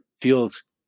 feels